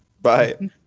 Bye